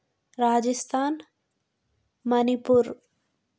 Rajasthan Manipur